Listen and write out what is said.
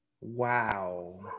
Wow